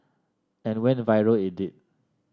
and went viral it did